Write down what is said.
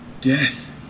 Death